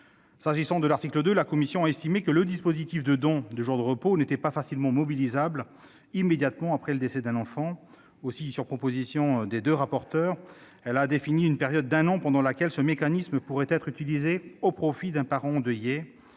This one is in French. S'agissant de l'article 2, la commission a estimé que le dispositif de don de jours de repos n'était pas facilement mobilisable immédiatement après le décès d'un enfant. Aussi, sur proposition des deux rapporteurs, elle a défini une période d'un an pendant laquelle ce mécanisme pourrait être utilisé au profit d'un parent endeuillé.